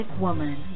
Woman